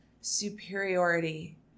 superiority